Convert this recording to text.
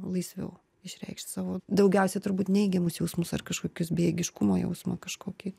laisviau išreikšt savo daugiausiai turbūt neigiamus jausmus ar kažkokius bejėgiškumo jausmą kažkokį